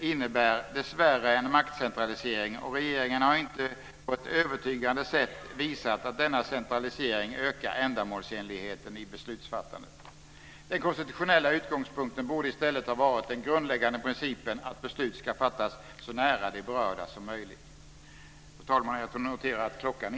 innebär dessvärre en maktcentralisering, och regeringen har inte på ett övertygande sätt visat att denna centralisering ökar ändamålsenligheten i beslutsfattandet. Den konstitutionella utgångspunkten borde i stället ha varit den grundläggande principen att beslut ska fattas så nära de berörda som möjligt. Fru talman!